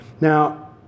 Now